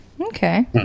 Okay